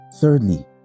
Thirdly